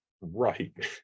right